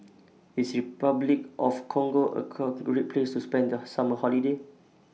IS Repuclic of Congo A Car Great Place to spend The Summer Holiday